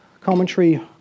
commentary